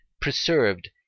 preserved